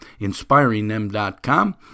inspiringthem.com